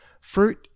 Fruit